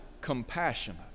compassionate